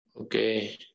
Okay